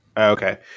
Okay